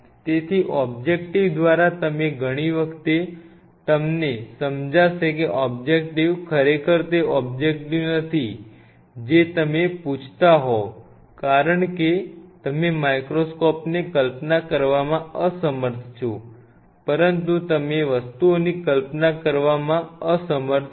તેથી ઓબ્જેક્ટિવ દ્વારા તમે ઘણી વખતે તમને સમજાશે કે ઓબ્જેક્ટિવ ખરેખર તે ઓબ્જેક્ટિવ નથી જે તમે પૂછતા હોવ કારણ કે તમે માઇક્રોસ્કોપને કલ્પના કરવામાં અસમર્થ છો પરંતુ તમે વસ્તુઓની કલ્પના કરવામાં અસમર્થ છો